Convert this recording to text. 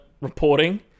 reporting